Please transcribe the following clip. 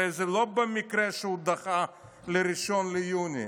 הרי זה לא במקרה שהוא דחה ל-1 ביוני.